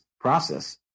process